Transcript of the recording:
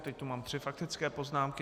Teď tu mám tři faktické poznámky.